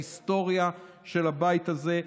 ההיסטוריה של הבית הזה,